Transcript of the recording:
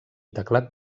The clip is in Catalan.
teclat